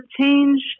change